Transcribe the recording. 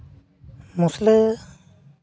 ᱢᱩᱥᱞᱟᱹ